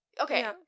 okay